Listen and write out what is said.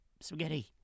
spaghetti